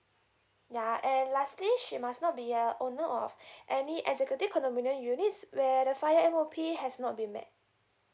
yeah and lastly she must not be a owner of any executive condominium units where the final M_O_P has not being met